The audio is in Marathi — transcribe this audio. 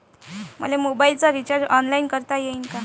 मले मोबाईलच रिचार्ज ऑनलाईन करता येईन का?